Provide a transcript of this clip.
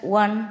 one